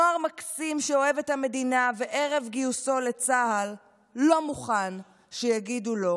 נוער מקסים שאוהב את המדינה וערב גיוסו לצה"ל לא מוכן שיגידו לו